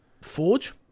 Forge